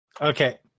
Okay